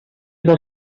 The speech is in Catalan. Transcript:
del